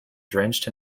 drenched